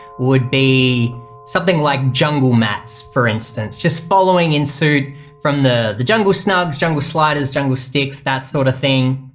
would be something like jungle mats, for instance, just following in suit from the the jungle snugs, jungle sliders, jungle stix that sort of thing.